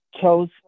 chose